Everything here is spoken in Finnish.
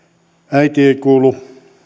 äiti ei kuulu